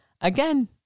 Again